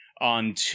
on